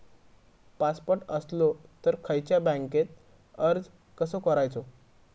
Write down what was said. Passport असलो तर खयच्या बँकेत अर्ज कसो करायचो?